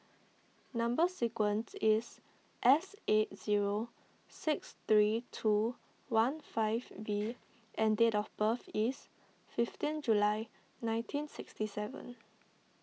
Number Sequence is S eight zero six three two one five V and date of birth is fifteen July nineteen sixty seven